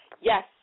Yes